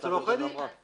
אצל עורכי דין.